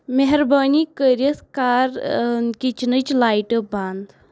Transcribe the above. مہربٲنی کٔرِتھ کر کچنچ لایٹہٕ بند